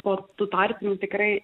po tų tarpinių tikrai